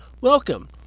welcome